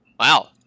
wow